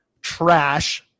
trash